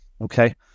okay